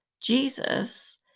Jesus